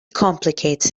complicates